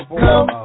come